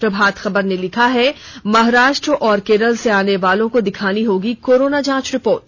प्रभात खबर ने लिखा है महाराष्ट्र और केरल से आने वालों को दिखानी होगी कोरोना जांच रिपोर्ट